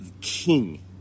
king